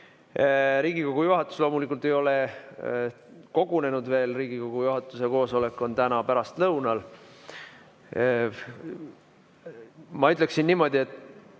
Riigikogu juhatus ei ole veel kogunenud, Riigikogu juhatuse koosolek on täna pärastlõunal. Ma ütleksin niimoodi, et